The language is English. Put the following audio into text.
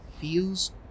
feels